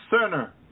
sinner